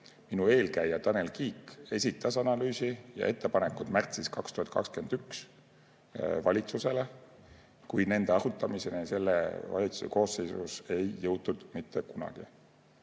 Minu eelkäija Tanel Kiik esitas analüüsi ja ettepanekud märtsis 2021 valitsusele, kuid nende arutamiseni selles valitsuse koosseisus ei jõutud mitte kunagi.